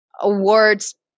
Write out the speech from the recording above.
awards